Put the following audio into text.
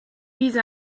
vise